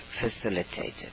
facilitated